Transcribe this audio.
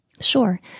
Sure